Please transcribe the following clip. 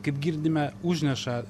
kaip girdime užneša